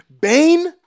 Bane